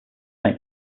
saint